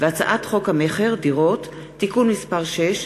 הצעת חוק המכר (דירות) (תיקון מס' 6)